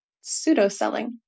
Pseudo-selling